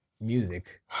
music